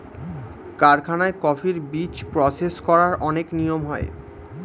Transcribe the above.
কারখানায় কফির বীজ প্রসেস করার অনেক নিয়ম হয়